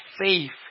faith